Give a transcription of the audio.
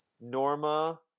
Norma